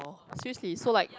seriously so like